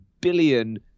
billion